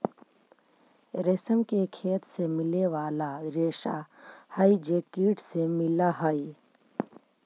रेशम के खेत से मिले वाला रेशा हई जे कीट से मिलऽ हई